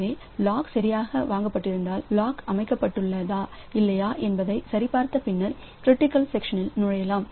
எனவே லாக் சரியாக வாங்கப்பட்டிருந்தால் லாக் அமைக்கப்பட்டுள்ளதா இல்லையா என்பதை சரிபார்த்து பின்னர் க்ரிட்டிக்கல் செக்ஷனில் நுழையலாம்